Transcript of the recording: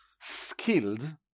skilled